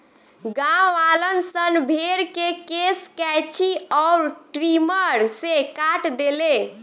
गांववालन सन भेड़ के केश कैची अउर ट्रिमर से काट देले